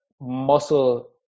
muscle